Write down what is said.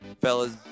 fellas